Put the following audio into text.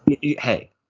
Hey